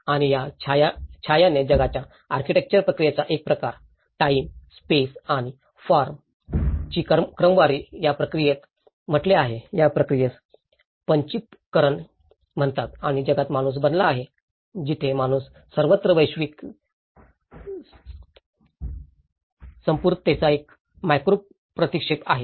आणि या छायाने जगाच्या आर्किटेक्चरल प्रक्रियेचा एक प्रकार टाईम स्पेस आणि फॉर्म ची क्रमवारी या प्रक्रियेस म्हटले आहे या प्रक्रियेस पंचि करन म्हणतात आणि जगात माणूस बनला आहे जिथे माणूस सर्वत्र वैश्विक संपूर्णतेचा मॅक्रो प्रतिक्षेप आहे